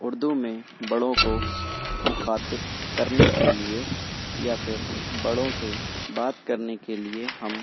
اردو میں بڑوں کو مخاطب کرنے کے لیے یا پھر بڑوں سے بات کر نے کے لیے ہم